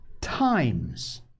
times